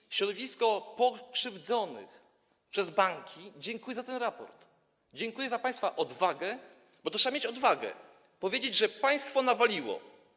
I środowisko pokrzywdzonych przez banki dziękuje za ten raport, dziękuje za państwa odwagę, bo trzeba mieć odwagę, żeby powiedzieć, że państwo nawaliło.